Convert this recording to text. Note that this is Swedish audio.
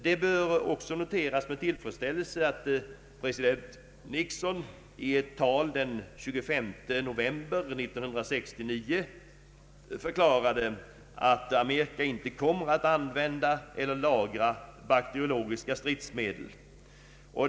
Det bör också med tillfredsställelse noteras att president Nixon i ett tal den 25 november 1969 förklarade att Amerika inte kommer att använda eller lagra bakteriologiska stridsmedel.